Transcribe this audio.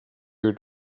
your